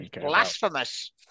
Blasphemous